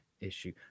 issue